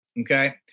Okay